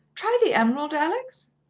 try the emerald, alex?